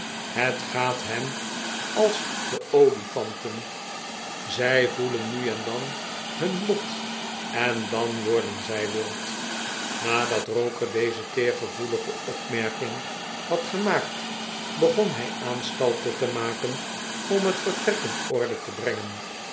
het gaat hem als de olifanten zij voelen nu en dan nun lot en dan worden zij wild nadat roker deze teergevoelige opmerking had gemaakt begon hij aanstalten te maken om het vertrek in orde te brengen